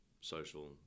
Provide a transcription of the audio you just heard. social